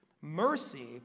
Mercy